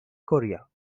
korea